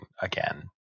again